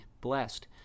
blessed